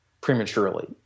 prematurely